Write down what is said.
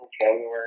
January